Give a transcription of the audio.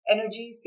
Energy